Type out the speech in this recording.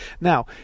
Now